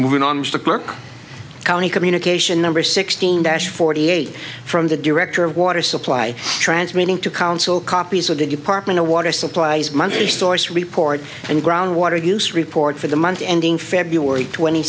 moving on the clerk county communication number sixteen dash forty eight from the director of water supply transmitting to counsel copies of the department of water supplies money stories report and groundwater use report for the month ending february twenty